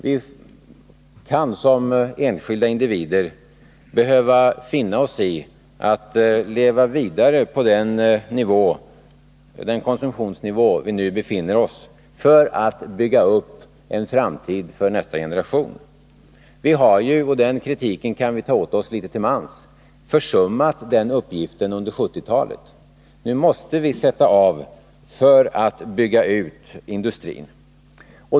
Vi kan som enskilda individer behöva finna oss i att leva vidare på den konsumtionsnivå där vi nu befinner oss för att kunna bygga upp en framtid för nästa generation. Vi har ju — och den kritiken kan vi ta åt oss litet till mans — försummat den uppgiften under 1970-talet. Nu måste vi sätta av resurser för att bygga ut industrin.